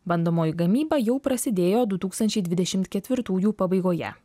bandomoji gamyba jau prasidėjo du tūkstančiai dvidešimt ketvirtųjų pabaigoje